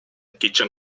kitchen